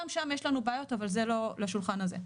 גם שם יש לנו בעיות, אבל זה לא לשולחן הזה.